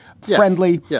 friendly